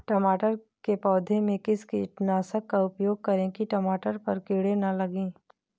टमाटर के पौधे में किस कीटनाशक का उपयोग करें कि टमाटर पर कीड़े न लगें?